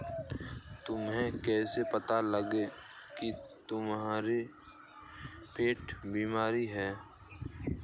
तुम्हें कैसे पता लगा की तुम्हारा पेड़ बीमार है?